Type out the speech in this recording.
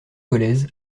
dolez